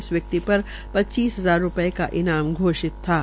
इस व्यक्ति पर पचास हजार रूपये का इनाम घोषितथा